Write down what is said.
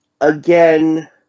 again